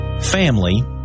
family